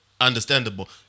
understandable